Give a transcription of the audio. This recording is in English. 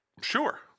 Sure